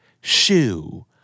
shoe